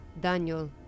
Daniel